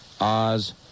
Oz